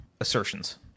assertions